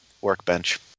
workbench